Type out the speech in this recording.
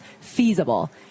feasible